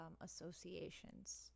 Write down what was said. associations